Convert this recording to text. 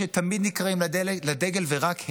כאלה שתמיד נקראים לדגל, ורק הם.